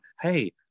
Hey